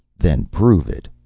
then prove it!